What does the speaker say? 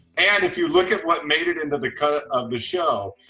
and if you look at what made it into the cut of the show,